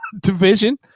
division